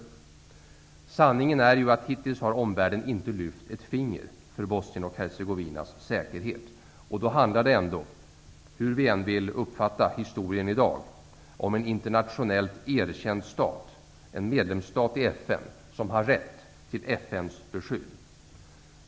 Sanningen är att omvärlden hittills inte lyft ett finger för Bosnien-Hercegovinas säkerhet. Det handlar ändå, hur vi än vill uppfatta historien i dag, om en internationellt erkänd stat, en medlemsstat i FN som har rätt till FN:s beskydd.